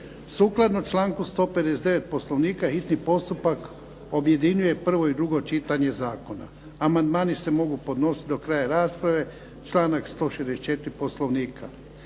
Sukladno članku 159. Poslovnika hitni postupak objedinjuje prvo i drugo čitanje zakona. Amandmani se mogu podnositi do kraja rasprave, članak 164. Poslovnika.